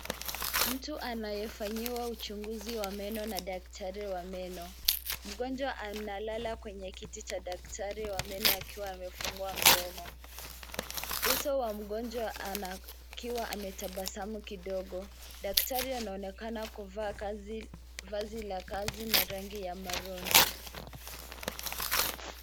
Mtu anayefanyiwa uchunguzi wa meno na daktari wa meno. Mgonjwa analala kwenye kiti cha daktari wa meno akiwa amefungua mdomo, uso wa mgonjwa akiwa ametabasamu kidogo. Daktari anaonekana kuvaa vazi la kazi la rangi ya maroon .